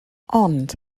ond